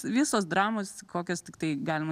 visos dramos kokias tiktai galima